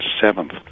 seventh